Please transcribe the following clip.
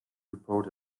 report